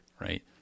right